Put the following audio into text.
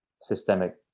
Systemic